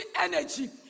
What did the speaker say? energy